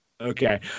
Okay